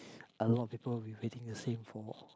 a lot of people will be waiting the same for